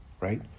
right